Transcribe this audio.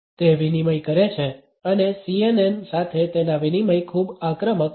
તે વિનિમય કરે છે અને CNN સાથે તેના વિનિમય ખૂબ આક્રમક છે